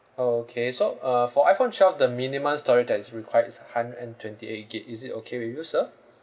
orh okay so uh for iPhone twelve the minimum storage that is required is hundred and twenty eight gig is it okay with you sir